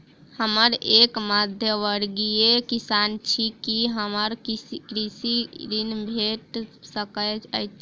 हम एक मध्यमवर्गीय किसान छी, की हमरा कृषि ऋण भेट सकय छई?